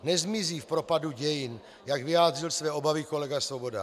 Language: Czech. Nezmizí v propadu dějin, jak vyjádřil své obavy kolega Svoboda.